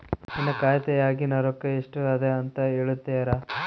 ನನ್ನ ಖಾತೆಯಾಗಿನ ರೊಕ್ಕ ಎಷ್ಟು ಅದಾ ಅಂತಾ ಹೇಳುತ್ತೇರಾ?